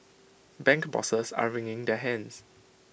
bank bosses are wringing their hands